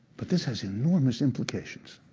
but this has enormous implications.